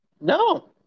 no